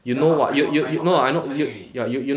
ya lah I not I not I I not signing already